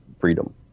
freedom